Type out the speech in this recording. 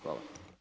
Hvala.